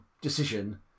decision